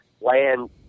land